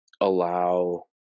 allow